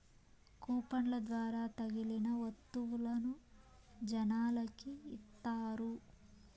కూపన్ల ద్వారా తగిలిన వత్తువులను జనాలకి ఇత్తారు